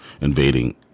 invading